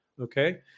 Okay